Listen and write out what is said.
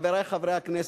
חברי חברי הכנסת,